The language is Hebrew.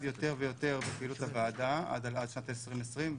יותר ויותר בפעילות הוועדה עד שנת 2020,